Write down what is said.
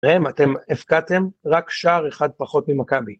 ראם, אתם הבקעתם רק שער אחד פחות ממכבי.